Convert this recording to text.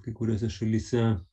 kai kuriose šalyse